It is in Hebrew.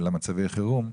של מצבי החירום.